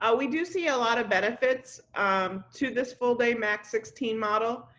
ah we do see a lot of benefits um to this full day, max sixteen model.